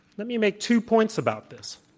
let me make two points about this.